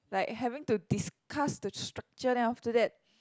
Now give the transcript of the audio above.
like having to discuss the structure then after that